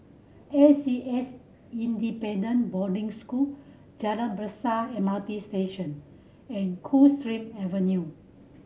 A C S Independent Boarding School Jalan Besar M R T Station and Coldstream Avenue